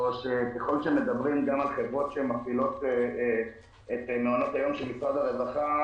ככל שמדברים גם על חברות שמפעילות את מעונות היום של משרד הרווחה,